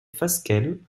fasquelle